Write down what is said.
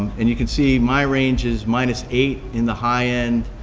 and you can see my range is minus eight in the high end,